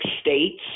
states